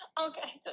Okay